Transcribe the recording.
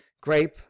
grape